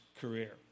career